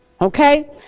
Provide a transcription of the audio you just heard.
Okay